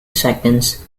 seconds